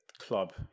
club